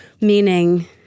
meaning